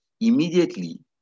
immediately